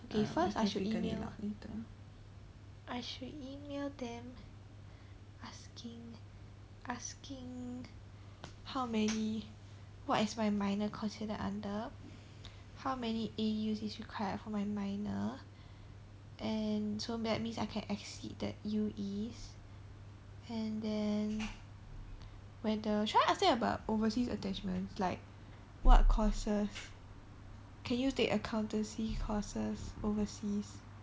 okay first I should email I should email them asking asking how many what is my minor considered under how many A_Us is required for my minor and so that means I can exceed the U_Es and then whether should I ask them about overseas attachment like what courses can you take accountancy courses overseas